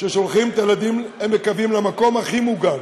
ששולחים את הילדים, והם מקווים שלמקום הכי מוגן,